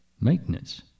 maintenance